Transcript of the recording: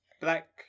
Black